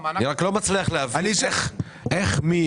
לא מצליח להבין איך מפברואר